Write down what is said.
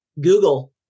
Google